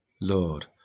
Lord